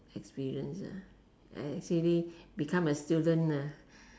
experience I actually become a student